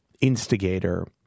instigator